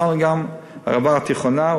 לערבה התיכונה,